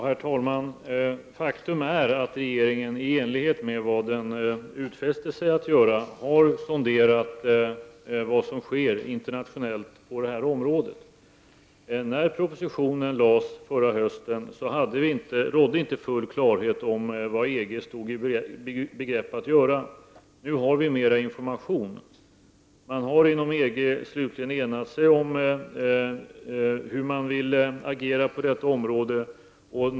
Herr talman! Faktum är att regeringen, i enlighet med det som den utfäst sig att göra, har sonderat vad som sker internationellt på det här området. När propositionen lades fram förra hösten rådde inte full klarhet om vad EG stod i begrepp att göra. Nu har vi mer information. Man har inom EG slutligen enats om hur man vill agera på detta område.